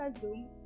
zoom